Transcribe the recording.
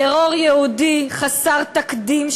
טרור יהודי חסר תקדים,